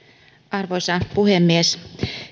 arvoisa puhemies